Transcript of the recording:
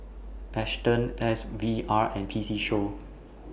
Astons S V R and P C Show